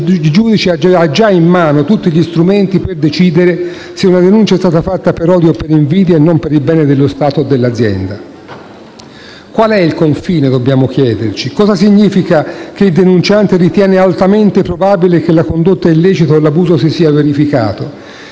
il giudice ha già in mano tutti gli strumenti per decidere se una denuncia è stata fatta per odio o per invidia, e non per il bene dello Stato o dell'azienda. Dobbiamo chiederci: qual è il confine? Cosa significa che il denunciante ritiene «altamente probabile» che la condotta illecita o l'abuso si sia verificato?